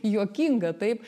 juokinga taip